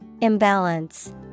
Imbalance